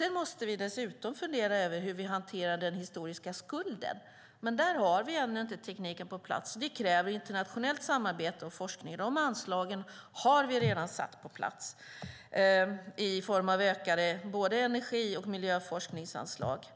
Vi måste dessutom fundera över hur vi hanterar den historiska skulden. Där har vi ännu inte tekniken på plats. Det kräver internationellt samarbete och forskning. De anslagen har vi redan satt på plats i form av ökade både energi och miljöforskningsanslag.